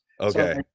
Okay